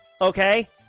Okay